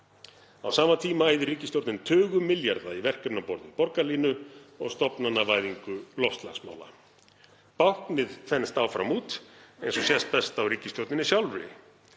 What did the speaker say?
Á sama tíma eyðir ríkisstjórnin tugum milljarða í verkefni á borð við borgarlínu og stofnanavæðingu loftslagsmála. Báknið þenst áfram út eins og sést best á ríkisstjórninni sjálfri.